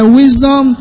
wisdom